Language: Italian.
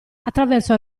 attraverso